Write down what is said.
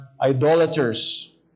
idolaters